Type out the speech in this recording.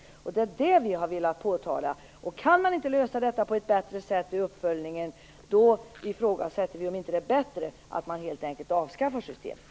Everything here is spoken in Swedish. Det är det som vi har velat påtala. Om man inte kan lösa detta på ett bättre sätt vid uppföljningen, då ifrågasätter vi om det inte är bättre att man helt enkelt avskaffar systemet.